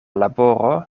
laboro